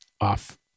off